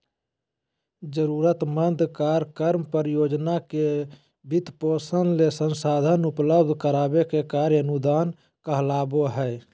जरूरतमंद कार्यक्रम, परियोजना के वित्तपोषण ले संसाधन उपलब्ध कराबे के कार्य अनुदान कहलावय हय